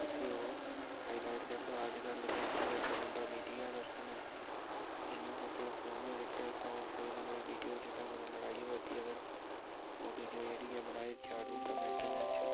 उसी ओह् हाईलाइट करदा अज्जकल ते हर इक बंदा मीडिया पर्सन ऐ जियां कुसै दा फ़ोन जेह्का तां ओह् कोई ना कोई वीडियो जित्थे कुतै लड़ाई होआ दी होए अगर ओह् वीडियो जेह्ड़ी ऐ बनाई चाढ़ी ओड़दा मैंटे न च